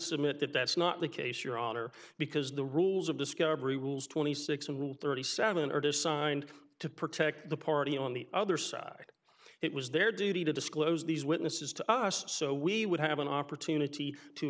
submit that that's not the case your honor because the rules of discovery rules twenty six and rule thirty seven are designed to protect the party on the other side it was their duty to disclose these witnesses to us so we would have an opportunity to